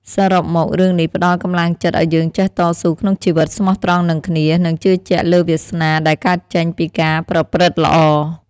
សរុបមករឿងនេះផ្តល់កម្លាំងចិត្តឲ្យយើងចេះតស៊ូក្នុងជីវិត ស្មោះត្រង់នឹងគ្នា និងជឿជាក់លើវាសនាដែលកើតចេញពីការប្រព្រឹត្តល្អ។